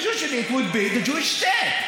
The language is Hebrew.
it should be The Jewish State,